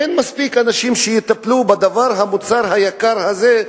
אין מספיק אנשים שיטפלו במוצר היקר הזה,